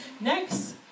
next